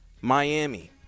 Miami